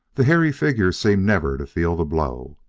the hairy figure seemed never to feel the blow.